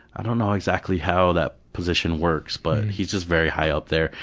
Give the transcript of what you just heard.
i don't know exactly how that position works, but he's just very high up there.